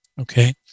okay